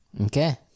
Okay